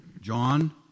John